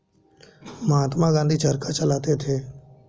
महात्मा गांधी चरखा चलाते थे